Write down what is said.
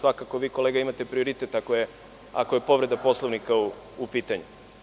Vi kolega imate prioritet, ako je povreda Poslovnika u pitanju.